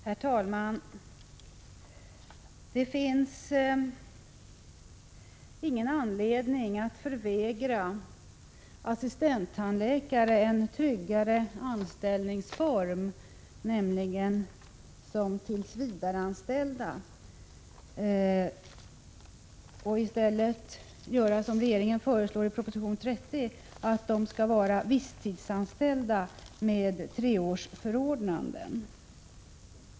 Herr talman! Det finns ingen anledning att förvägra assistenttandläkare en tryggare anställningsform, nämligen som tillsvidareanställda, och i stället göra som regeringen föreslår i proposition 60, bestämma att de skall vara visstidsanställda med treårsförordnanden.